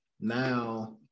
now